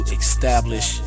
establish